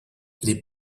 les